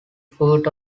foot